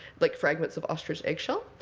like fragments of ostrich egg shell.